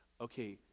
okay